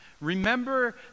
Remember